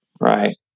Right